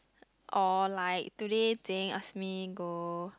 or like today Jenn ask me go